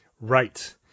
right